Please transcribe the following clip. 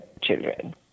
children